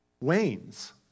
wanes